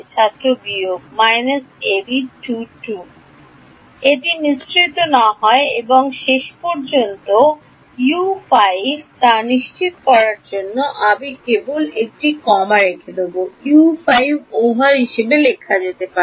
ছাত্র বিয়োগ এটি মিশ্রিত না হয় এবং শেষ পর্যন্ত ইউ 5 হয় তা নিশ্চিত করার জন্য আমি কেবল একটি কমা রেখে দেব U5 ওভার হিসাবে লেখা যেতে পারে